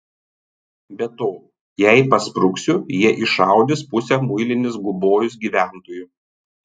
be to jei paspruksiu jie iššaudys pusę muilinės gubojos gyventojų